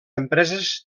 empreses